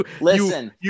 Listen